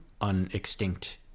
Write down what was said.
unextinct